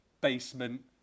basement